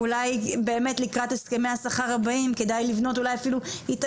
ואולי באמת לקראת הסכמי השכר הבאים כדאי לבנות התאגדות,